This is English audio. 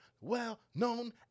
well-known